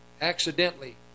accidentally